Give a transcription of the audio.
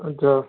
अच्छा